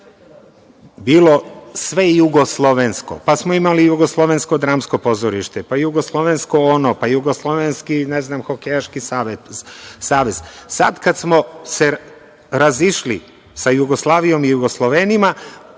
bilo sve jugoslovensko, pa smo imali Jugoslovensko dramsko pozorište, pa jugoslovensko ono, pa jugoslovenski, ne znam hokejaški savez. Sada kada smo se razišli sa Jugoslavijom i jugoslovenima,